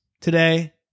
today